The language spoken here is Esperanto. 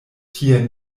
tie